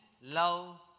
love